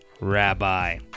Rabbi